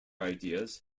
ideas